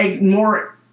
more